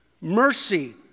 mercy